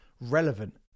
relevant